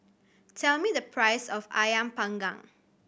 tell me the price of Ayam Panggang